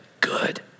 good